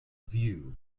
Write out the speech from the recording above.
view